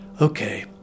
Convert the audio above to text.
okay